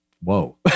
whoa